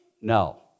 No